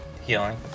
Healing